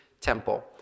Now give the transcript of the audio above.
temple